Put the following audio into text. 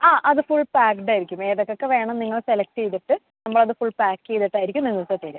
ആ അത് ഫുൾ പാക്ക്ഡായിരിക്കും ഏതൊക്കെ വേണം നിങ്ങൾ സെലക്ട് ചെയ്തിട്ട് എന്തായാലും ഫുൾ പാക്ക് ചെയ്തിട്ടായിരിക്കും നിങ്ങൾക്ക് തരുക